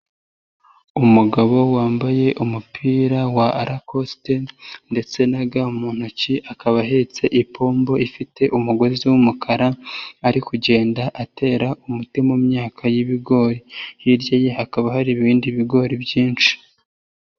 Umugabo wambaye umupira wa rakosite ndetse na ga mu ntoki, akaba ahetse ipombo ifite umugozi w'umukara, ari kugenda atera umuti mu myaka y'ibigori, hirya ye hakaba hari ibindi bigori byinshi.